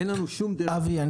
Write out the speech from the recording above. אין לנו שום דרך --- אבי,